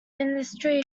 industry